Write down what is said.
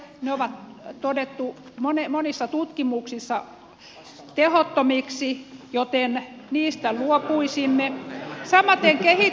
ne on todettu monissa tutkimuksissa tehottomiksi joten niistä luopuisimme